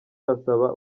asaba